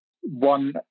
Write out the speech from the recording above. one